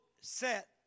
set